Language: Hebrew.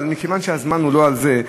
אבל מכיוון שהזמן הוא לא על זה,